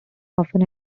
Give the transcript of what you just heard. often